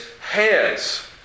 hands